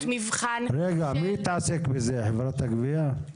מי מתעסק בזה, חברת הגבייה?